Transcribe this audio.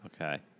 Okay